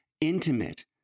intimate